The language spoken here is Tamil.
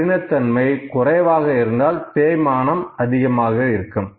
கடினத் தன்மை குறைவாக இருந்தால் தேய்மானம் அதிகமாக இருக்கும்